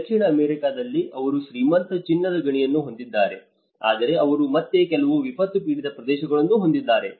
ದಕ್ಷಿಣ ಅಮೆರಿಕಾದಲ್ಲಿ ಅವರು ಶ್ರೀಮಂತ ಚಿನ್ನದ ಗಣಿಗಳನ್ನು ಹೊಂದಿದ್ದಾರೆ ಆದರೆ ಅವರು ಮತ್ತೆ ಕೆಲವು ವಿಪತ್ತು ಪೀಡಿತ ಪ್ರದೇಶಗಳನ್ನು ಹೊಂದಿದ್ದಾರೆ